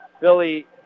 Billy